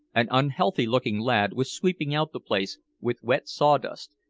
an unhealthy-looking lad was sweeping out the place with wet saw-dust,